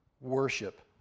worship